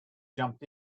jumped